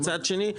ומצד שני,